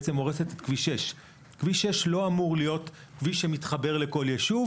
בעצם הורסת את כביש 6. כביש 6 לא אמור להיות כביש שמתחבר לכל ישוב